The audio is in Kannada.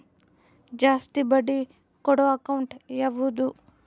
ಜಾಸ್ತಿ ಬಡ್ಡಿ ಕೊಡೋ ಅಕೌಂಟ್ ಯಾವುದು?